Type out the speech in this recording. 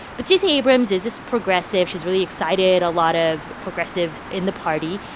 but stacey abrams is this progressive she's really excited a lot of progressives in the party,